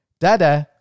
Dada